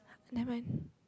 never mind